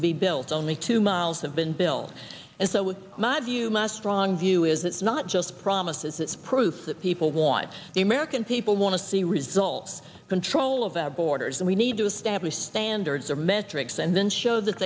to be built only two miles have been built and so with my view must wrong view is it's not just promises it's proof that people want the american people want to see results control of our borders and we need to establish standards or metrics and then show that